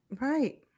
Right